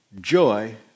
Joy